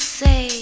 say